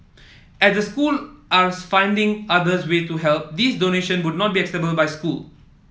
as the school are finding others way to help these donation would not be accepted by school